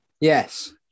yes